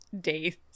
days